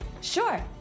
Sure